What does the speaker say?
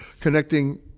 connecting